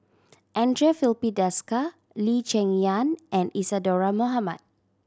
Andre Filipe Desker Lee Cheng Yan and Isadhora Mohamed